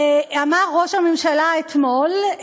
אמר ראש הממשלה אתמול,